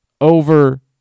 over